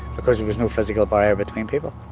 because there was no physical barrier between people.